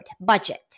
budget